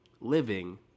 living